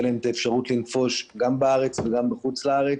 האפשרות לנפוש גם בארץ וגם בחוץ לארץ,